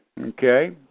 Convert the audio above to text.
Okay